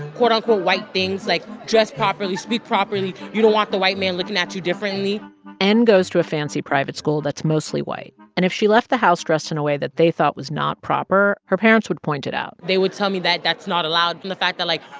quote-unquote, white things. like, dress properly, speak properly. you don't want the white man looking at you differently n goes to a fancy private school that's mostly white. and if she left the house dressed in a way that they thought was not proper, her parents would point it out n they would tell me that that's not allowed. and the fact that, like,